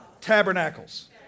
Tabernacles